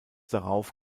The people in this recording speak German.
darauf